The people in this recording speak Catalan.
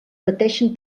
pateixen